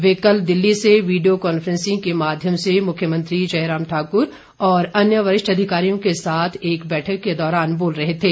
ये कल दिल्ली से वीडियो कॉन्फ्रेंसिंग के माध्यम से मुख्यमंत्री जयराम ठाकुर और अन्य वरिष्ठ अधिकारियों के साथ एक बैठक के दौरान बोल रहे थे